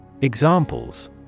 Examples